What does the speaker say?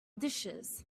dishes